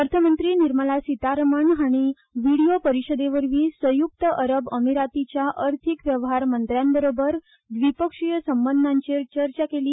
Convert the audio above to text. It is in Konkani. अर्थमंत्री निर्मला सितारमण हाणी व्हिडीओ परिषदेवरवी संयुक्त अरब अमिरातीच्या अर्थिक वेव्हार मंत्र्याबरोबर व्दिपक्षीय संबंधांचेर चर्चा केली